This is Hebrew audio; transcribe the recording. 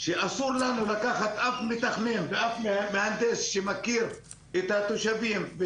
שאסור לנו לקחת אף מתכנן ואף מהנדס שמכיר את התושבים.